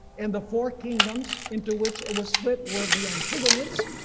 and the four kingdoms into which it was split were the antagonists,